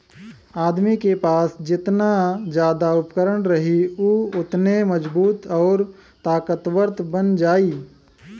आदमी के पास जेतना जादा उपकरण रही उ ओतने मजबूत आउर ताकतवर बन जाई